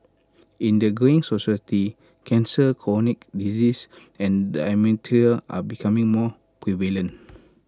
in the greying society cancer chronic disease and dementia are becoming more prevalent